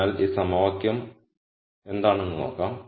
അതിനാൽ ഈ സമവാക്യം എന്താണ് എന്ന് നോക്കാം